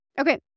Okay